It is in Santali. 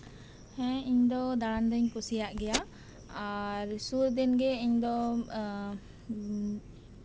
ᱦᱮᱸ ᱤᱧ ᱫᱚ ᱫᱟᱸᱬᱟᱱ ᱫᱚᱧ ᱠᱩᱥᱤᱭᱟᱜ ᱜᱮᱭᱟ ᱟᱨ ᱥᱩᱨᱫᱤᱱᱜᱮ ᱤᱧ ᱫᱚ